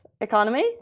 economy